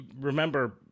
remember